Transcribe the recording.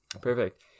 perfect